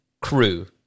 crew